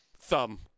Thumb